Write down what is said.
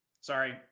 sorry